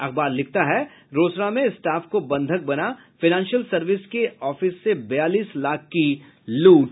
अखबार लिखता है रोसड़ा में स्टाफ को बंधक बना फाईनेंशियल सर्विस के ऑफिस से बयालीस लाख की लूट